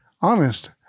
Honest